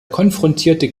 konfrontiert